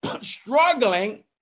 struggling